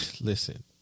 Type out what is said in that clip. listen